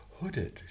hooded